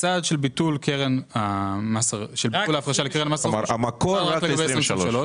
הצעד של ביטול ההפרשה לקרן מס רכוש היא רק לגבי 2023,